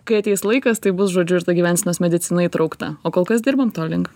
kai ateis laikas tai bus žodžiu ir ta gyvensenos medicina įtraukta o kol kas dirbam to link